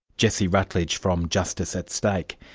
jesse rutledge from justice at stake.